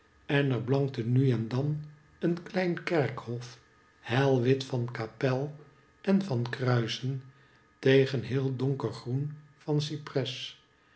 en er blankte nu en dan een klein kerkhof helwit van kapel en van kruizen tegen heel donker groen van cypres